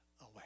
away